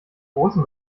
großen